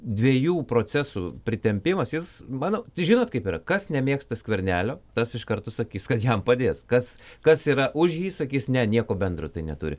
dviejų procesų pritempimas jis mano žinot kaip yra kas nemėgsta skvernelio tas iš karto sakys kad jam padės kas kas yra už jį sakys ne nieko bendro tai neturi